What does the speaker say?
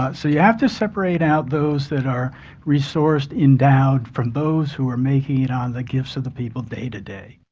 but so you have to separate out those that are resourced, endowed from those who are making it on the gifts of the people day to day.